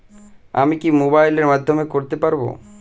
আমি কি মোবাইলের মাধ্যমে করতে পারব?